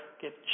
get